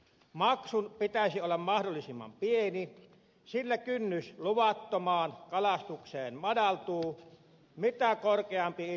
maksun pitäisi olla mahdollisimman pieni sillä kynnys luvattomaan kalastukseen madaltuu mitä korkeampi itse maksu on